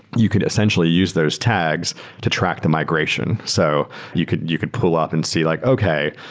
you could essentially use those tags to track the migration. so you could you could pull up and see like, okay,